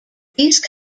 these